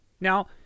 now